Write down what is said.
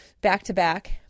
back-to-back